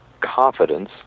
confidence